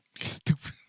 Stupid